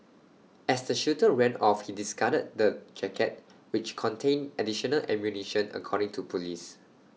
as the shooter ran off he discarded the jacket which contained additional ammunition according to Police